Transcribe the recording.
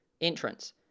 entrance